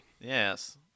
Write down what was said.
yes